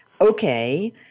Okay